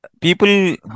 people